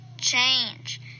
change